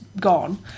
gone